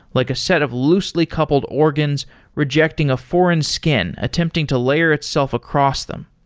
like a set of loosely coupled organs rejecting a foreign skin, attempting to layer itself across them.